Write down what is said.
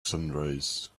sunrise